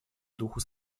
духу